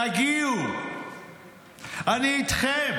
תגיעו, אני איתכם.